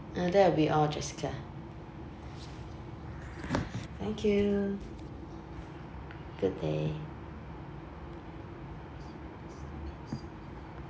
uh that will be all jessica thank you good day